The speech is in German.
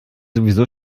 sowieso